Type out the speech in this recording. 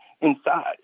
inside